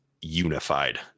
unified